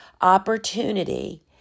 opportunity